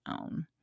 own